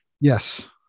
Yes